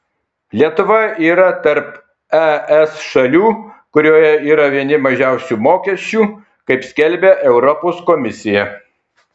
lietuva yra tarp es šalių kurioje yra vieni mažiausių mokesčių kaip skelbia europos komisija